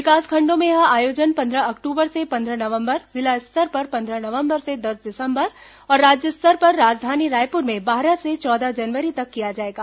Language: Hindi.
विकासखण्डों में यह आयोजन पंद्रह अक्टूबर से पंद्रह नवंबर जिला स्तर पर पंद्रह नवंबर से दस दिसंबर और राज्य स्तर पर राजधानी रायपुर में बारह से चौदह जनवरी तक किया जाएगा